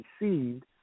received